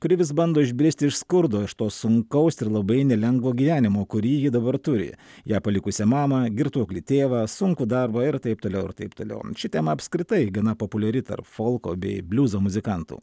kuri vis bando išbristi iš skurdo iš to sunkaus ir labai nelengvo gyvenimo kurį ji dabar turi ją palikusią mamą girtuoklį tėvą sunkų darbą ir taip toliau ir taip toliau ši tema apskritai gana populiari tarp folko bei bliuzo muzikantų